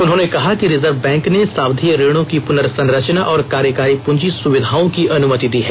उन्होंने कहा कि रिजर्व बैंक ने सावधि ऋणों की पुनर्सरचना और कार्यकारी पूंजी सुविधाओं की अनुमति दी है